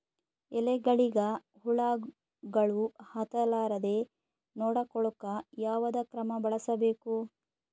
ಎಲೆಗಳಿಗ ಹುಳಾಗಳು ಹತಲಾರದೆ ನೊಡಕೊಳುಕ ಯಾವದ ಕ್ರಮ ಬಳಸಬೇಕು?